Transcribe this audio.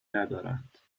ندارند